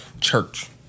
church